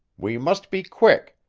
we must be quick.